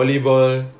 mm